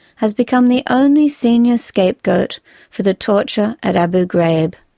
has become the only senior scapegoat for the torture at abu ghraib.